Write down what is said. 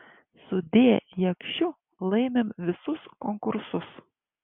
su d jakšiu laimim visus konkursus